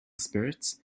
spirits